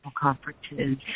Conferences